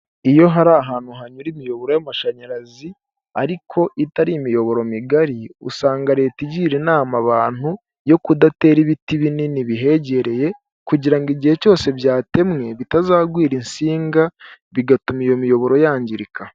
Iyo hari ahantu hanyura imiyoboro y'amashanyarazi ariko itari imiyoboro migari, usanga leta igira inama abantu yo kudatera ibiti binini bihegereye kugira ngo igihe cyose byatemwe bitazagwira insinga bigatuma iyo miyoboro yangirika.